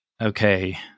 Okay